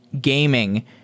gaming